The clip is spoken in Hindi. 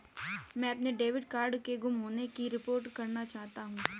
मैं अपने डेबिट कार्ड के गुम होने की रिपोर्ट करना चाहता हूँ